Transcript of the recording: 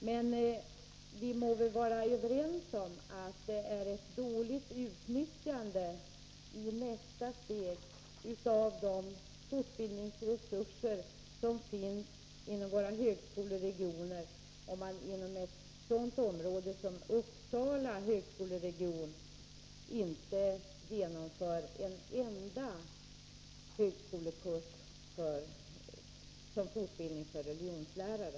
Men vi må väl vara överens om att det i nästa steg är ett dåligt utnyttjande av de fortbildningsresurser som finns inom våra högskoleregioner, om man inom ett sådant område som Uppsala högskoleregion inte genomför en enda högskolekurs med fortbildning för religionslärare.